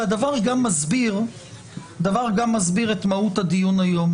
והדבר גם מסביר את מהות הדיון היום,